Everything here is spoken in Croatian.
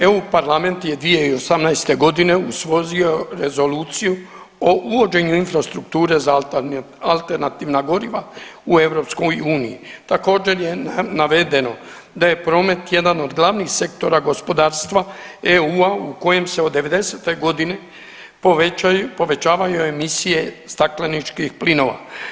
EU Parlament je 2018.g. usvojio Rezoluciju o uvođenju infrastrukture za alternativna goriva u EU, također je navedeno da je promet jedan od glavnih sektora gospodarstva EU-a u kojem se od '90.g. povećavaju emisije stakleničkih plinova.